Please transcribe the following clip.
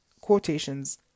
quotations